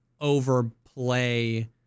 overplay